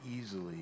easily